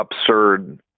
absurd